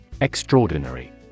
Extraordinary